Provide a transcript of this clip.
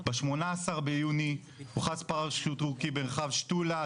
ב-18 ביוני הוכרז פרש תורכי במרחב שתולה,